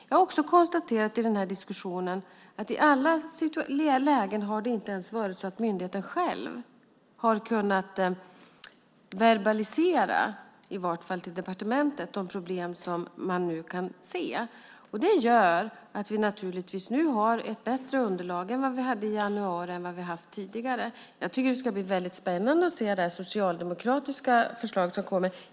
Jag har konstaterat i den här diskussionen att i alla lägen har inte ens myndigheten själv kunnat verbalisera till departementet de problem som man nu kan se. Det gör att vi nu har ett bättre underlag än vad vi hade i januari och än vi haft tidigare. Jag tycker att det ska bli väldigt spännande att se det socialdemokratiska förslag som kommer.